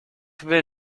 will